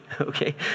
okay